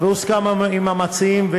והוסכם עם המציעים,